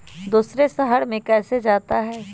दूसरे शहर मे कैसे जाता?